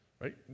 Right